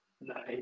Nice